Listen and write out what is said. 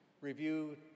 review